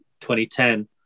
2010